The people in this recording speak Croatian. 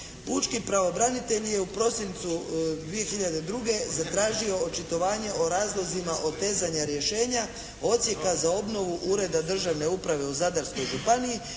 Pučki pravobranitelj je u prosincu 2002. zatražio očitovanje o razlozima otezanja rješenja odsjeka za obnovu Ureda državne uprave u Zadarskoj županiji